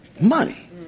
money